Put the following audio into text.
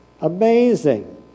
Amazing